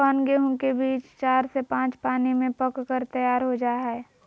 कौन गेंहू के बीज चार से पाँच पानी में पक कर तैयार हो जा हाय?